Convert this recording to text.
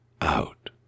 Out